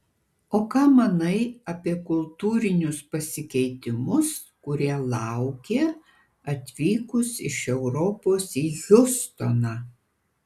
o ką manai apie kultūrinius pasikeitimus kurie laukė atvykus iš europos į hjustoną